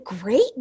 great